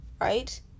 Right